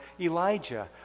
Elijah